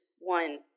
one